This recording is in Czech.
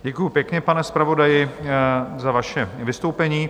Děkuji pěkně, pane zpravodaji, za vaše vystoupení.